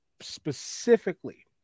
specifically